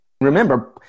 Remember